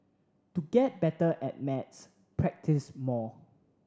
to get better at maths practice more